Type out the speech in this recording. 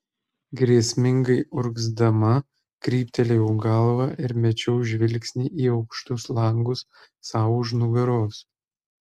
grėsmingai urgzdama kryptelėjau galvą ir mečiau žvilgsnį į aukštus langus sau už nugaros